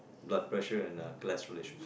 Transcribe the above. blood pressure and cholesterol issues